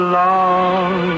long